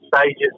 stages